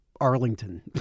Arlington